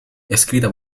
escrita